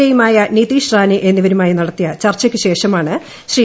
A യുമായ നിതീഷ് റാനേ എന്നിവരുമായി നടത്തിയ ചർച്ചയ്ക്കുശേഷമാണ് ശ്രീ